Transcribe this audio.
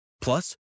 Plus